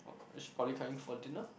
is she probably coming for dinner